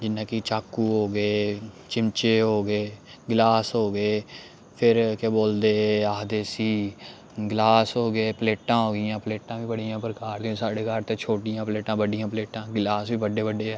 जि'यां कि चाकू होगे चिमचे होगे गलास होगे फिर केह् बोलदे आखदे इसी गलास हो गे प्लेटां हो गेइयां प्लेटां बी बड़ियां प्रकार दियां साढ़े घर ते छोटियां प्लेटां बड्डियां प्लेटां गलास बी बड्डे बड्डे ऐ